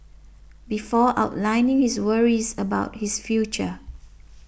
before outlining his worries about his future